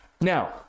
Now